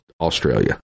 Australia